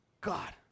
God